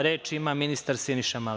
Reč ima ministar Siniša Mali.